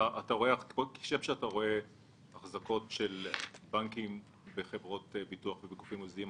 כשם שאתה רואה החזקות של בנקים בחברות ביטוח ובגופים מוסדיים,